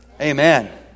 Amen